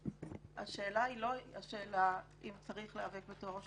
השאלה היא לא אם צריך להיאבק בטרור,